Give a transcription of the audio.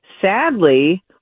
sadly